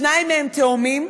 ושניים מהם תאומים.